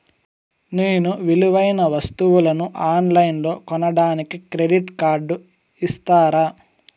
నేను విలువైన వస్తువులను ఆన్ లైన్లో కొనడానికి క్రెడిట్ కార్డు ఇస్తారా?